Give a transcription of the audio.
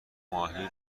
ماهی